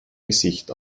gesicht